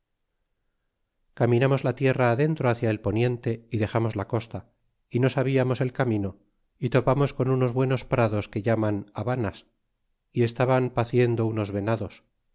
caminamos la tierra adentro hcia el poniente y dexamos la costa y no sabiamos el camino y topamos unos buenos prados que llaman habanas y estaban paciendo unos venados